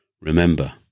Remember